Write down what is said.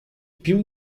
più